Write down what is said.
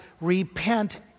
repent